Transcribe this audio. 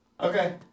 Okay